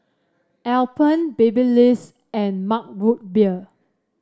Alpen Babyliss and Mug Root Beer